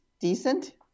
decent